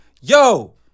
Yo